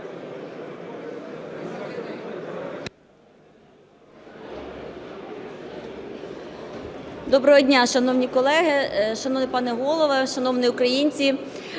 Доброго дня, шановні колеги, шановний пане Голово, шановні Українці!